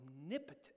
omnipotent